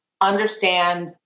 understand